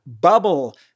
Bubble